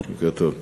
בוקר טוב.